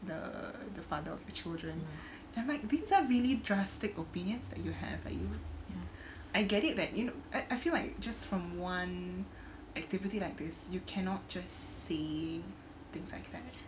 the the father of the children I'm like these are really drastic opinions that you have like you I get it that you know I I feel like just from one activity like this you cannot just say things like that